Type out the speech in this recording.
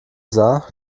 sah